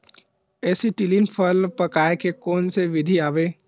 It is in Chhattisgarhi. एसीटिलीन फल पकाय के कोन सा विधि आवे?